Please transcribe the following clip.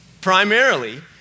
Primarily